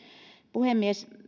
puhemies